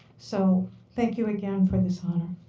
so thank you again for this honor.